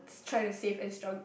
trying to save and stug~